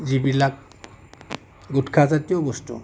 যিবিলাক গুটখা জাতীয় বস্তু